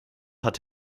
hat